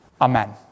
Amen